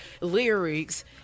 lyrics